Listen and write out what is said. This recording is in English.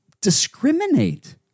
discriminate